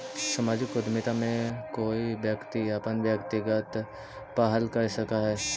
सामाजिक उद्यमिता में कोई व्यक्ति अपन व्यक्तिगत पहल कर सकऽ हई